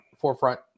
forefront